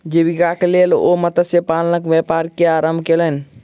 जीवीकाक लेल ओ मत्स्य पालनक व्यापार के आरम्भ केलैन